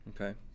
Okay